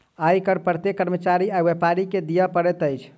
आय कर प्रत्येक कर्मचारी आ व्यापारी के दिअ पड़ैत अछि